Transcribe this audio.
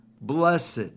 Blessed